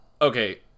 Okay